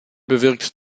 bewirkt